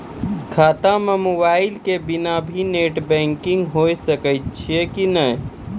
खाता म मोबाइल के बिना भी नेट बैंकिग होय सकैय छै कि नै?